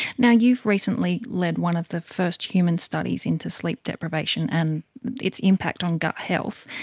now, you've recently led one of the first human studies into sleep deprivation and its impact on gut health,